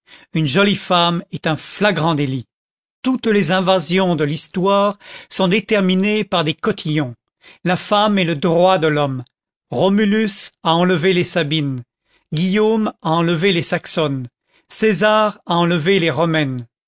une jolie femme est un flagrant délit toutes les invasions de l'histoire sont déterminées par des cotillons la femme est le droit de l'homme romulus a enlevé les sabines guillaume a enlevé les saxonnes césar a enlevé les romaines